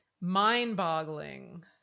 mind-boggling